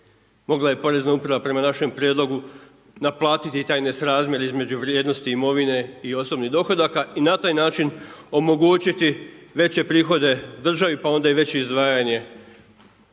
mogla je Porezna uprava prema našem prijedlogu naplatiti i taj nesrazmijer između vrijednosti imovine i osobnih dohodaka i na taj način omogućiti veće prihode državi pa onda i veće izdvajanje